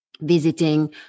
visiting